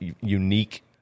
unique